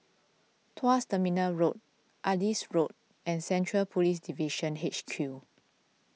Tuas Terminal Road Adis Road and Central Police Division H Q